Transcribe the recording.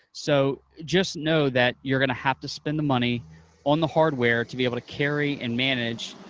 so just know that you're going to have to spend the money on the hardware to be able to carry and manage.